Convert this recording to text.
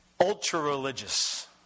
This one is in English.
Ultra-religious